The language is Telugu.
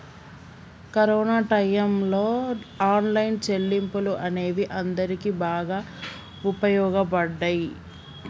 కరోనా టైయ్యంలో ఆన్లైన్ చెల్లింపులు అనేవి అందరికీ బాగా వుపయోగపడ్డయ్యి